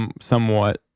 somewhat